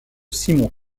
simon